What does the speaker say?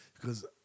because-